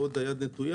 ועוד היד נטויה.